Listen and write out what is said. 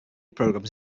programs